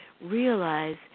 realize